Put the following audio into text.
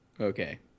Okay